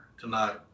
tonight